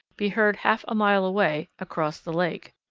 be heard half a mile away, across the lake.